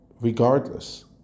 regardless